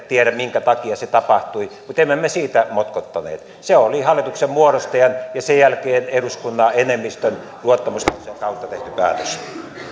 tiedä minkä takia se tapahtui mutta emme me siitä motkottaneet se oli hallituksen muodostajan ja sen jälkeen eduskunnan enemmistön luottamuslauseen kautta tehty päätös